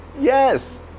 Yes